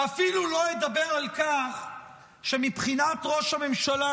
ואפילו לא אדבר על כך שמבחינת ראש הממשלה